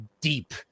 deep